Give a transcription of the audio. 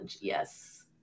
Yes